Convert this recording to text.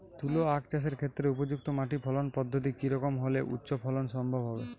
তুলো আঁখ চাষের ক্ষেত্রে উপযুক্ত মাটি ফলন পদ্ধতি কী রকম হলে উচ্চ ফলন সম্ভব হবে?